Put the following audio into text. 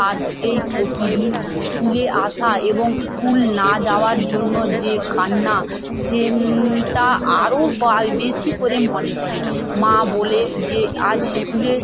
আর সেই প্রতিদিন স্কুলে আসা এবং স্কুল না যাওয়ার জন্য যে কান্না সেনটা আরও বা বেশি করে মনে করে মা বলে যে আজ স্কুলে